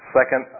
Second